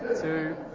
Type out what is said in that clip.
two